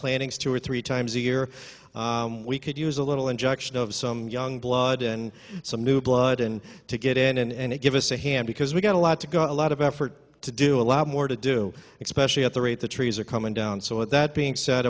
planning stuart three times a year we could use a little injection of some young blood and some new blood and to get in and give us a hand because we've got a lot to go a lot of effort to do a lot more to do especially at the rate the trees are coming down so that being